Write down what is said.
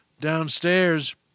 downstairs